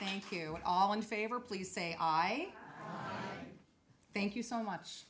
thank you all in favor please say i thank you so much